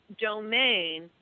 domain